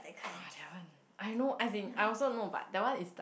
!wah! that one I know as in I also know but that one is like